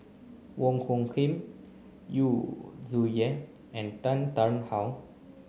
Wong Hung Khim Yu Zhuye and Tan Tarn How